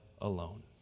alone